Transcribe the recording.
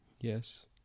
yes